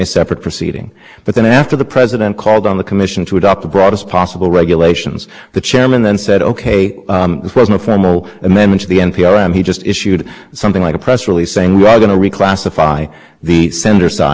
rationale was suddenly gone in a matter of days but the smile was still there the assertion of jurisdiction over our interconnection arrangements and with the body removed the really was no basis for this at all and you know the other rationale why doesn't w